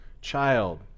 child